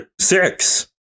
six